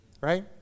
right